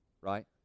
right